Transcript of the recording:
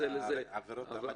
מעתיקים מעבירות ההמתה.